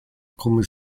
come